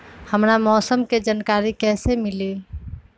हमरा मौसम के जानकारी कैसी मिली?